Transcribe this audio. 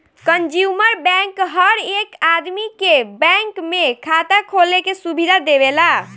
consumer bank हर एक आदमी के बैंक में खाता खोले के सुविधा देवेला